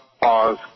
pause